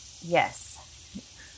Yes